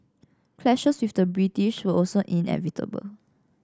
clashes with the British were also inevitable